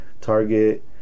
Target